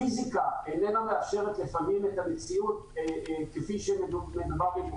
הפיסיקה איננה מאפשרת לפעמים את המציאות כפי ש --- אנחנו